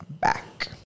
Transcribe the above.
back